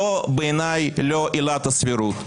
זו בעיניי לא עילת הסבירות.